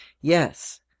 yes